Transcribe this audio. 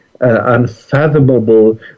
unfathomable